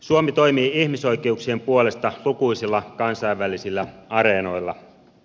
suomi toimii ihmisoikeuksien puolesta lukuisilla kansainvälisillä areenoilla